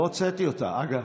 לא הוצאתי אותה, אגב.